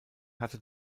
hatte